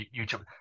youtube